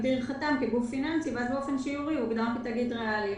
כגוף פיננסי, הוא הוגדר כתאגיד ריאלי.